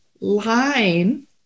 line